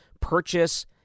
purchase